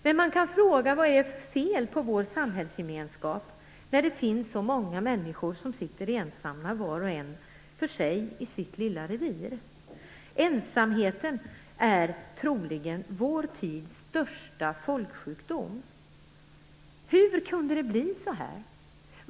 Men man kan fråga vad det är för fel på vår samhällsgemenskap när det finns så många människor som sitter ensamma var och en för sig i sitt lilla revir. Ensamheten är troligen vår tids största folksjukdom. Hur kunde det bli så här?